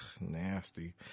nasty